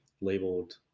labeled